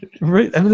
Right